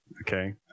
okay